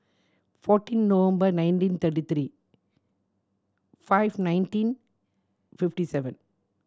fourteen November nineteen thirty three five nineteen fifty seven